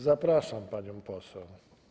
Zapraszam panią poseł.